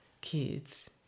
kids